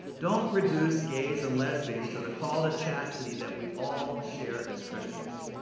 don't reduce gays and lesbians to the call to chastity that we all share as christians.